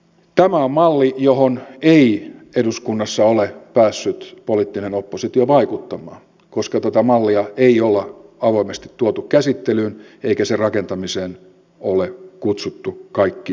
tämä on malli johon ei eduskunnassa ole päässyt poliittinen oppositio vaikuttamaan koska tätä mallia ei olla avoimesti tuotu käsittelyyn eikä sen rakentamiseen ole kutsuttu kaikkia mukaan